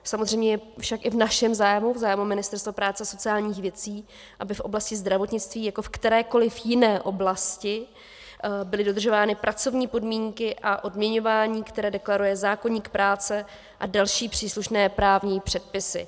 Samozřejmě je však i v našem zájmu, v zájmu Ministerstva práce a sociálních věcí, aby v oblasti zdravotnictví jako v kterékoliv jiné oblasti byly dodržovány pracovní podmínky a odměňování, které deklaruje zákoník práce a další příslušné právní předpisy.